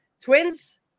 twins